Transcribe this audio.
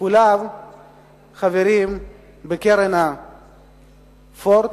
כולם חברים בקרן פורד,